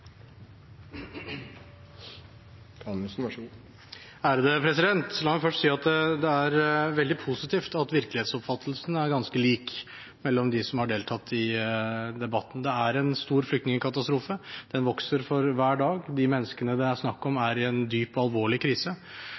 fra regjeringen, så vi får vurdere hvordan vi skal fortsette å gjøre det i framtiden. La meg først si at det er veldig positivt at virkelighetsoppfattelsen er ganske lik blant dem som har deltatt i denne debatten. Det er en stor flyktningkatastrofe, og den vokser for hver dag. De menneskene det er snakk om, er i en dyp og alvorlig